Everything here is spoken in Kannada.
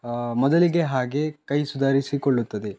ಮೊದಲಿನ ಹಾಗೆ ಕೈ ಸುಧಾರಿಸಿಕೊಳ್ಳುತ್ತದೆ